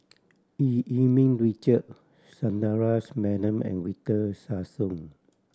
Eu Yee Ming Richard Sundaresh Menon and Victor Sassoon